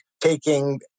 taking